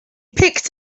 picked